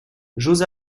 j’ose